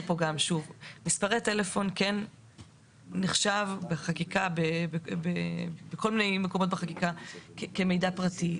מספרי טלפון כן נחשבים בכל מיני מקומות בחקיקה כמידע פרטי,